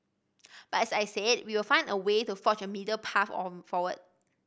but as I said we will find a way to forge a middle path forward